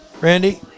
Randy